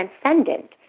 transcendent